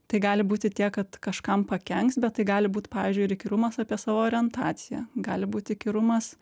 tai gali būti tiek kad kažkam pakenks bet tai gali būt pavyzdžiui įkyrumas apie savo orientaciją gali būt įkyrumas